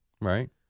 Right